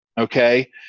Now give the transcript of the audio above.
okay